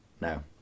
No